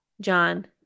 John